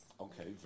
Okay